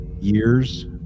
years